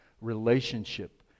relationship